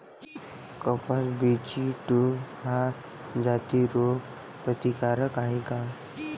कपास BG two ह्या जाती रोग प्रतिकारक हाये का?